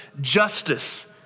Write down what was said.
justice